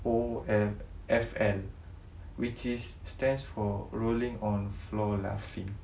O_F F_L which is stands for rolling on floor laughing